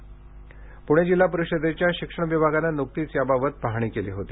प्णे जिल्हा परिषदेच्या शिक्षण विभागानं न्कतीच याबाबत पाहणी केली होती